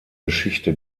geschichte